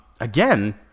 Again